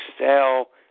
sell